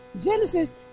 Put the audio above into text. Genesis